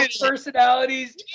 personalities